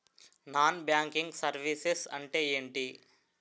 Non banking services అంటే ఎంటి?